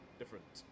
different